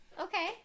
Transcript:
Okay